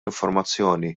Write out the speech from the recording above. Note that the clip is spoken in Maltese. informazzjoni